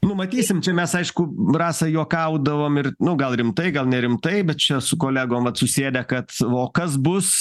nu matysim čia mes aišku rasa juokaudavom ir nu gal rimtai gal nerimtai bet čia su kolegom vat susėdę kad o kas bus